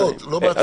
שלא נמצאים.